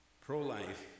pro-life